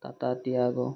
Tata Tiago